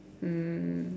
mm